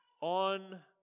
on